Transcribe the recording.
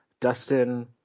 dustin